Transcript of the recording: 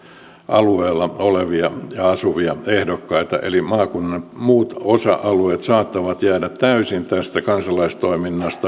alueella olevia ja asuvia ehdokkaita eli maakunnan muut osa alueet saattavat jäädä täysin tämän kansalaistoiminnan osalta